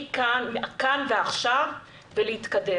מכאן, כאן ועכשיו, ולהתקדם.